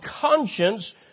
conscience